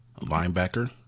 linebacker